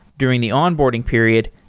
during the onboarding period,